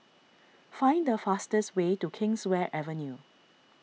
find the fastest way to Kingswear Avenue